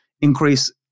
increase